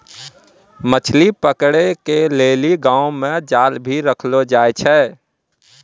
मछली पकड़े के लेली गांव मे जाल भी रखलो जाए छै